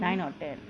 nine or ten